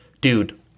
dude –